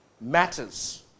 matters